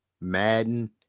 Madden